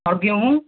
और गेहूँ